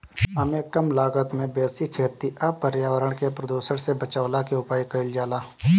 एमे कम लागत में बेसी खेती आ पर्यावरण के प्रदुषण से बचवला के उपाय कइल जाला